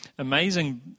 Amazing